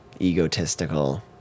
egotistical